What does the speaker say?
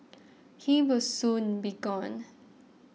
he will soon be gone